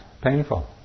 painful